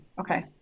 Okay